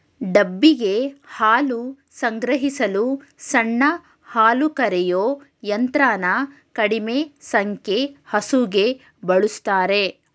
ಡಬ್ಬಿಗೆ ಹಾಲು ಸಂಗ್ರಹಿಸಲು ಸಣ್ಣ ಹಾಲುಕರೆಯೋ ಯಂತ್ರನ ಕಡಿಮೆ ಸಂಖ್ಯೆ ಹಸುಗೆ ಬಳುಸ್ತಾರೆ